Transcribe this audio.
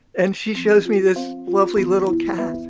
and she shows me this lovely little cat